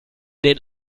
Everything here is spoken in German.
den